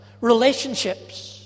relationships